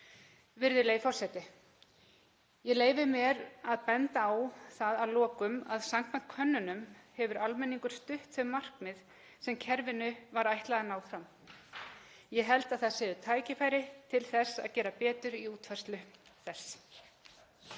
Virðulegi forseti. Ég leyfi mér að benda á það að lokum að samkvæmt könnunum hefur almenningur stutt þau markmið sem kerfinu var ætlað að ná fram. Ég held að það séu tækifæri til að gera betur í útfærslu þess.